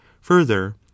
further